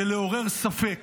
לעורר ספק,